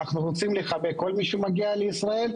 אנחנו רוצים לחבק את כל מי שמגיע לישראל,